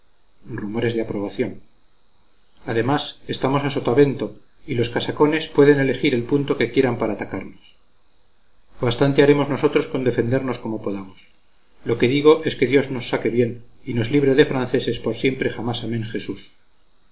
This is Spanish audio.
además estamos a sotavento y los casacones pueden elegir el punto que quieran para atacarnos bastante haremos nosotros con defendernos como podamos lo que digo es que dios nos saque bien y nos libre de franceses por siempre jamás amén jesús